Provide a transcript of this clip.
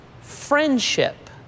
friendship